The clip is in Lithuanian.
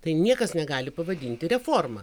tai niekas negali pavadinti reforma